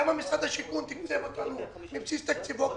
כמה משרד השיכון תקצב אותנו בבסיס תקציבו?